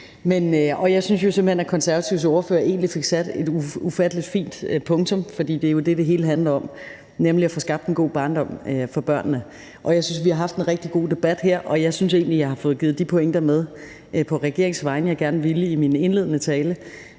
hen, at Konservatives ordfører egentlig fik sat et ufattelig fint punktum, for det er jo det, det hele handler om, nemlig at få skabt en god barndom for børnene. Og jeg synes, at vi har haft en rigtig god debat her, hvor jeg egentlig synes, at jeg på regeringens vegne fik givet de pointer med, jeg gerne ville, i min indledende tale.